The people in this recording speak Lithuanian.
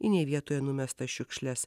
į ne vietoje numestas šiukšles